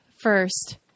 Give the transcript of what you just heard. first